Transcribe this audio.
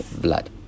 blood